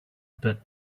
but